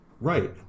Right